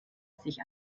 sich